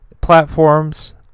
platforms